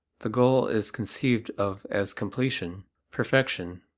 the goal is conceived of as completion perfection.